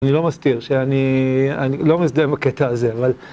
אני לא מסתיר שאני... אני לא מסתיר בקטע הזה, אבל...